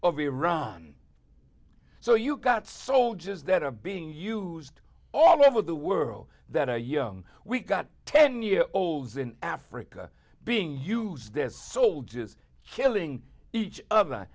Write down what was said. of iran so you got soldiers that are being used all over the world that are young we got ten year olds in africa being used as soldiers killing each other